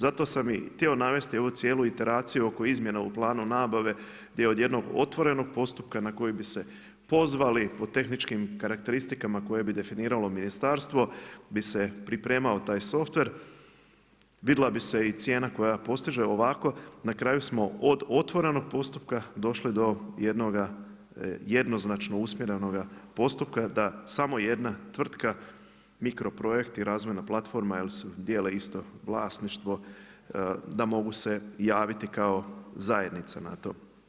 Zato sam i htio navesti ovu cijelu iteraciju oko izmjena u planu nabave gdje od jednog otvorenog postupka na koji bi se pozvali po tehničkim karakteristikama koje bi definiralo Ministarstvo, bi se pripremao taj softver, vidjela bi se i cijena koja postiže ovako, na kraju smo od otvorenog postupka došli do jednoga jednoznačno usmjerenoga postupka da samo jedna tvrtka Microprojekt i razvojna platforma, jer dijele isto vlasništvo, da mogu se javiti kao zajednica na to.